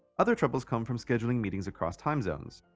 other troubles come from scheduling meetings across time zones.